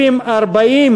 לא בפעם הראשונה.